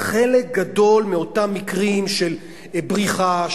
חלק גדול מאותם מקרים של בריחה,